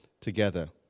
together